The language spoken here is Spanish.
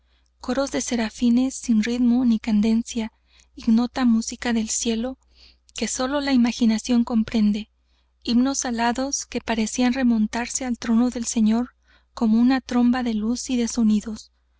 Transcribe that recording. coro de serafines sin ritmos ni cadencia ignota música del cielo que solo la imaginación comprende himnos alados que parecían remontarse al trono del señor como una tromba de luz y de sonidos